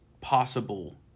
possible